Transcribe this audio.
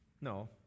No